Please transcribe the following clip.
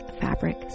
fabric